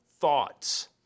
thoughts